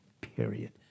period